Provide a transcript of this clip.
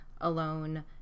alone